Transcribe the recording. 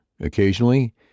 Occasionally